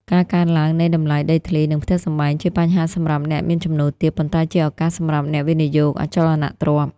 ការកើនឡើងនៃតម្លៃដីធ្លី និងផ្ទះសម្បែង ជាបញ្ហាសម្រាប់អ្នកមានចំណូលទាប ប៉ុន្តែជាឱកាសសម្រាប់អ្នកវិនិយោគអចលនទ្រព្យ។